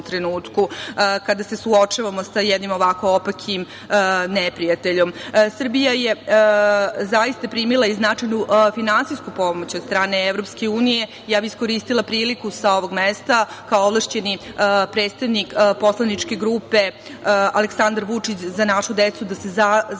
kada se suočavamo sa jednim ovako opakim neprijateljom. Srbija je zaista primila i značajnu finansijsku pomoć od strane Evropske unije. Ja bih iskoristila priliku sa ovog mesta, kao ovlašćeni predstavnik poslaničke grupe Aleksandar Vučić – Za našu decu, da se zahvalim